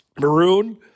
Maroon